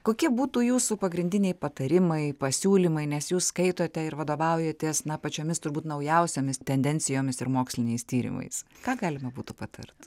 kokie būtų jūsų pagrindiniai patarimai pasiūlymai nes jūs skaitote ir vadovaujatės na pačiomis turbūt naujausiomis tendencijomis ir moksliniais tyrimais ką galima būtų patart